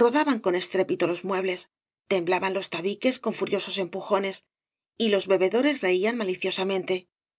rodaban con estrépito los muebles temblaban los tabiques con furiosos empujones y los bebedores reían